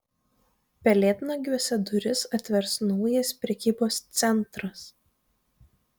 pelėdnagiuose duris atvers naujas prekybos centras